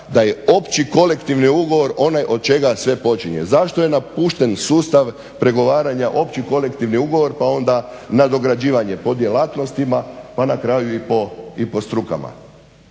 da je opći kolektivni ugovor onaj od čega sve počinje. Zašto je napušten sustav pregovaranja opći kolektivni ugovor, pa onda nadograđivanje po djelatnostima, pa na kraju i po strukama.